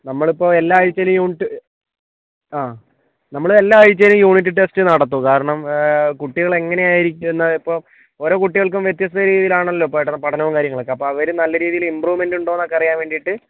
നമ്മളിപ്പോൾ എല്ലാ ആഴ്ച്ചയിലും യൂണിറ്റ് ആ നമ്മൾ എല്ലാ ആഴ്ച്ചയിലും യൂണിറ്റ് ടെസ്റ്റ് നടത്തും കാരണം കുട്ടികളെങ്ങനെ ആയിരിക്കുന്ന ഇപ്പോൾ ഓരോ കുട്ടികൾക്കും വ്യത്യസ്ത രീതിയിലാണല്ലോ പഠനം പഠനോം കാര്യങ്ങളൊക്കെ അപ്പോൾ അവർ നല്ല രീതിയിൽ ഇമ്പ്രൂവ്മെന്റ് ഉണ്ടോന്നൊക്കെ അറിയാൻ വേണ്ടീട്ട്